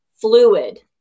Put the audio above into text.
fluid